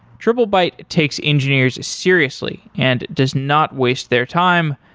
triplebyte takes engineers seriously and does not waste their time,